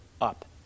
up